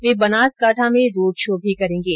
वे बनासकांठा में road show भी करेंगे